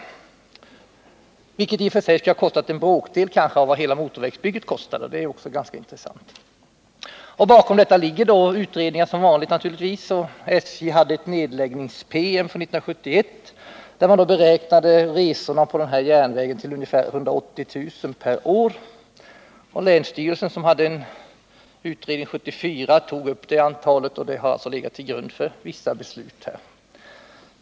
Detta skulle i och för sig kanske bara ha kostat en bråkdel av vad hela motorvägsbygget har kostat, vilket också är ganska intressant. Bakom denna åtgärd ligger naturligtvis utredningar. SJ framlade 1971 en nedläggnings-PM, där antalet resor på järnvägssträckan beräknades till ungefär 180 000 per år. Länsstyrelsen, som gjorde en utredning år 1974, tog fasta på det antalet, vilket sedan har legat till grund för vissa beslut.